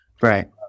Right